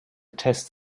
attests